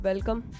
Welcome